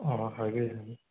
ꯍꯥꯏꯕꯤꯌꯨ ꯌꯥꯅꯤ